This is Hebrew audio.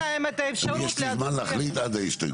אני יש לי זמן להחליט עד ההסתייגות.